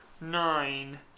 Nine